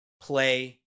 play